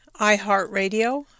iHeartRadio